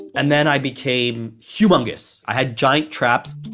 and then i became humungous. i had giant traps